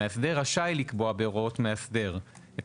המאסדר רשאי לקבוע בהוראות מאסדר את